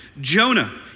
Jonah